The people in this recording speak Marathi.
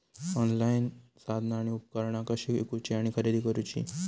ऑनलाईन साधना आणि उपकरणा कशी ईकूची आणि खरेदी करुची?